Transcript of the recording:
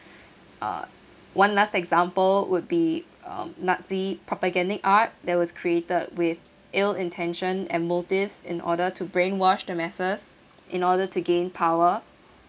uh one last example would be uh nazi propagandic art that was created with ill intention and motives in order to brainwash the masses in order to gain power